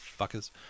fuckers